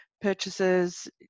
purchases